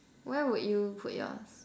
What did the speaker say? where would you put yours